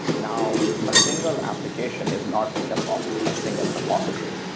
now, a single application is not made up of a single repository.